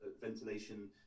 ventilation